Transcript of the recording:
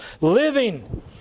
living